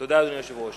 תודה, אדוני היושב-ראש.